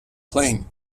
plain